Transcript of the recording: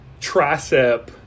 tricep